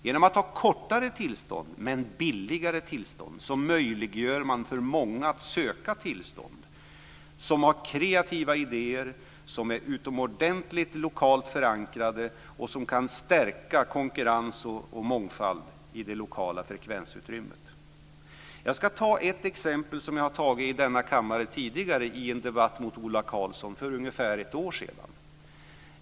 Genom att ha kortare, men billigare, tillstånd möjliggör man för många som har kreativa idéer, som är utomordentligt lokalt förankrade och som kan stärka konkurrens och mångfald i det lokala frekvensutrymmet att söka tillstånd. Jag ska ta ett exempel som jag har tagit i denna kammare tidigare i en debatt med Ola Karlsson för ungefär ett år sedan.